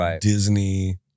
Disney